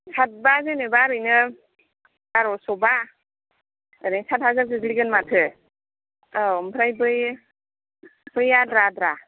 सात बा जेनेबा ओरैनो बार'स' बा ओरैनो सात हाजार गोग्लैगोन माथो औ ओमफ्राय बैयो बैयो आद्रा आद्रा